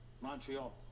Montreal